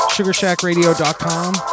Sugarshackradio.com